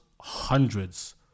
hundreds